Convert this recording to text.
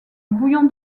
bouillon